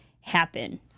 happen